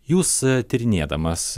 jūs tyrinėdamas